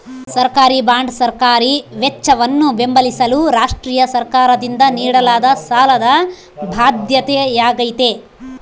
ಸರ್ಕಾರಿಬಾಂಡ್ ಸರ್ಕಾರಿ ವೆಚ್ಚವನ್ನು ಬೆಂಬಲಿಸಲು ರಾಷ್ಟ್ರೀಯ ಸರ್ಕಾರದಿಂದ ನೀಡಲಾದ ಸಾಲದ ಬಾಧ್ಯತೆಯಾಗೈತೆ